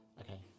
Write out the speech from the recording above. Okay